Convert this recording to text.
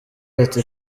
ati